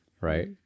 right